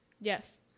Yes